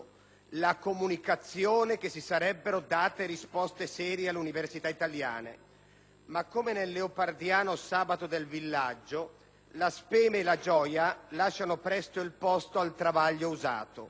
la comunicazione che si sarebbero date risposte serie alle università italiane. Ma, come nel leopardiano «Il sabato del villaggio», «la speme e la gioia» lasciano presto il posto al «travaglio usato».